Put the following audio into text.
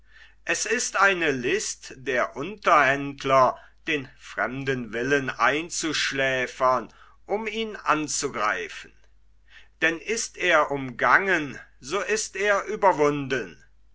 es ist eine list der unterhändler den fremden willen einzuschläfern um ihn anzugreifen denn ist er umgangen so ist er überwunden